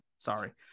sorry